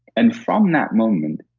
and from that moment,